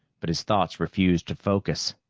but his thoughts refused to focus.